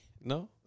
No